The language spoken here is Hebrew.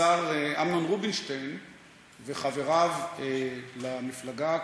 השר אמנון רובינשטיין וחבריו למפלגה,